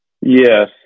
Yes